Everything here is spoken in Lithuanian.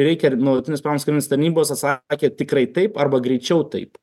reikia ir nuolatinės privalomos karinės tarnybos atsakė tikrai taip arba greičiau taip